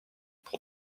pour